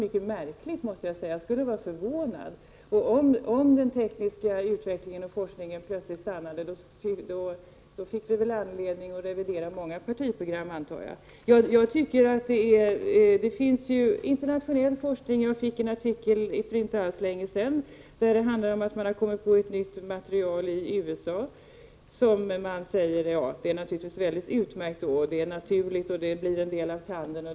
Om den tekniska utvecklingen och forskningen plötsligt stannade, då fick vi nog anledning att revidera många partiprogram. Det finns internationell forskning. Jag fick för inte länge sedan en tidningsartikel som handlade om att man i USA kommit på ett nytt material som var utmärkt, naturligt, blev till en del av tanden osv.